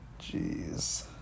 Jeez